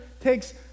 takes